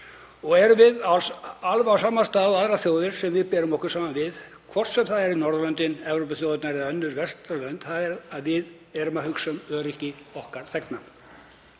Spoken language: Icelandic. og erum við alveg á sama stað og aðrar þjóðir sem við berum okkur saman við, hvort sem það eru Norðurlöndin, aðrar Evrópuþjóðir eða önnur vestræn lönd, þ.e. við erum að hugsa um öryggi þegna